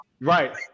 Right